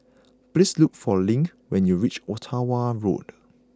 please look for Link when you reach Ottawa Road